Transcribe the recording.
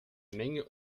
menge